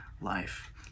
life